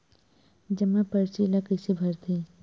जमा परची ल कइसे भरथे?